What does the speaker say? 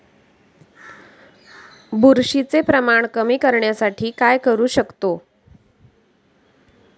बुरशीचे प्रमाण कमी करण्यासाठी काय करू शकतो?